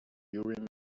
urim